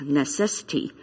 necessity